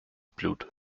blut